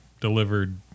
delivered